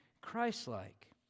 Christ-like